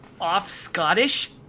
off-Scottish